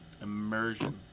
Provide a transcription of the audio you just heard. immersion